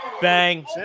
Bang